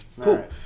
cool